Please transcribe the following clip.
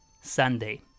Sunday